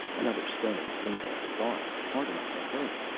another stone zinged off his arm, hard enough to hurt.